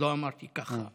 לא אמרתי ככה.